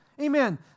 Amen